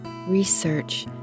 research